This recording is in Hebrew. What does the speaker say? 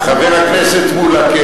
חבר הכנסת מולה,